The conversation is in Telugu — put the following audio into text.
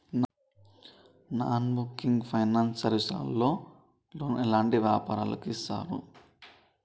నాన్ బ్యాంకింగ్ ఫైనాన్స్ సర్వీస్ లో లోన్ ఎలాంటి వ్యాపారులకు ఇస్తరు?